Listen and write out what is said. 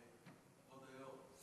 כבוד היו"ר.